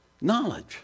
knowledge